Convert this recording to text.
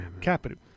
Capital